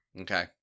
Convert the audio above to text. Okay